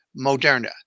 Moderna